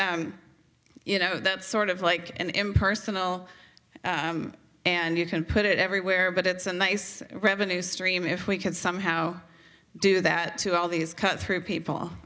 you know that's sort of like an impersonal and you can put it everywhere but it's a nice revenue stream if we can somehow do that to all these cut through people